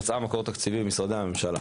מצאה מקור תקציבי במשרדי הממשלה.